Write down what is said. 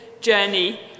journey